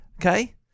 Okay